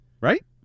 right